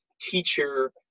teacher